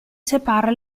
separa